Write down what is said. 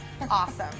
awesome